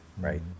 Right